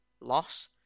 loss